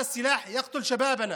הגיע הזמן להניח את הנשק הזה.